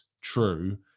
true